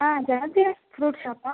ஆ ஜனத்தியா ஃப்ரூட் ஷாப்பா